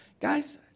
Guys